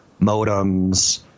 modems